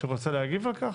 שרוצה להגיב על כך?